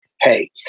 Hey